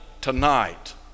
tonight